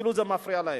אפילו זה מפריע להם?